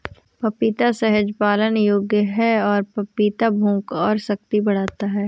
पपीता सहज पाचन योग्य है और पपीता भूख और शक्ति बढ़ाता है